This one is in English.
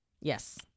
yes